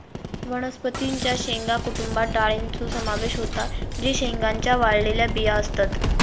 वनस्पतीं च्या शेंगा कुटुंबात डाळींचो समावेश होता जे शेंगांच्या वाळलेल्या बिया असतत